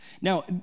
Now